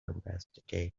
investigate